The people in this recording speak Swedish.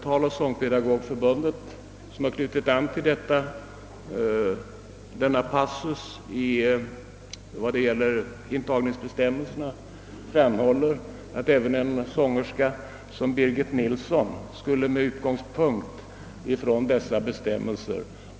Taloch sångpedagogförbundet har knutit an till denna passus i intagningsbestämmelserna och framhåller att inte heller operasångerskan Birgit Nilsson skulle ha kunnat bli antagen med utgångspunkt från dessa bestämmelser.